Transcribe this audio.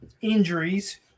injuries –